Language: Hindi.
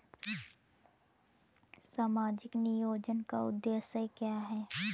सामाजिक नियोजन का उद्देश्य क्या है?